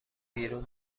بیرون